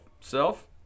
Self